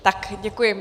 Tak, děkuji.